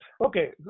Okay